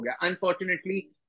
unfortunately